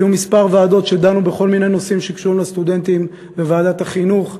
כמה ועדות דנו בכל מיני נושאים שקשורים לסטודנטים: בוועדת החינוך,